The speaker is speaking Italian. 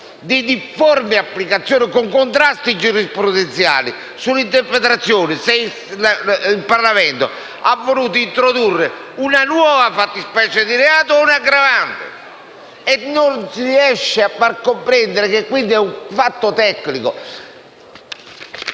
e difforme applicazione e con contrasti giurisprudenziali sull'interpretazione se il Parlamento abbia voluto introdurre una nuova fattispecie di reato o un'aggravante. Non si riesce a far comprendere che quindi è un fatto tecnico.